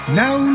now